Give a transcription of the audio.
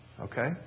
Okay